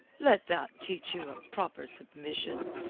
let that teach you a proper submission,